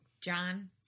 John